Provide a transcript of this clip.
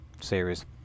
series